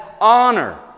honor